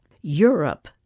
...Europe